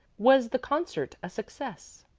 was the concert a success?